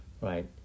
Right